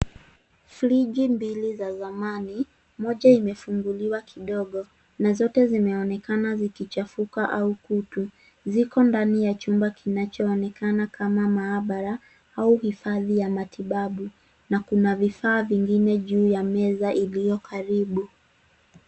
Friji mbili za zamani, moja imefunguliwa kidogo na zote zinaonekana zikichafuka au kutu. Ziko ndani ya chumba kinachoonekana kama maabara au vifaa vya matibabu na kuna vifaa vingine juu ya meza iliyokaribu.